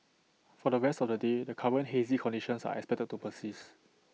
for the rest of the day the current hazy conditions are expected to persist